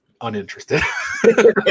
uninterested